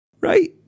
Right